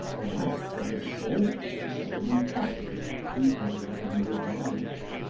alike from the baldness of an impossible queen anne revival,